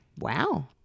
wow